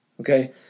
Okay